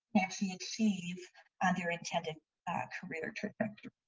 actually achieve on their intended career trajectory.